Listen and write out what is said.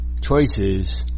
choices